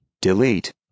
Delete